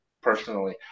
personally